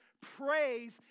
praise